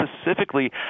specifically